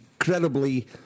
incredibly